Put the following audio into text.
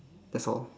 that's all